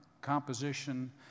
composition